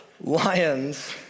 lions